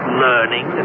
learning